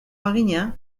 bagina